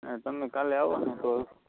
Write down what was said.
તમે કાલે આવો ને તો